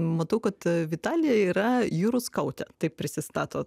matau kad vitalija yra jūrų skautė taip prisistato